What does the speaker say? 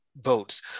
votes